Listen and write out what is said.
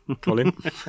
Colin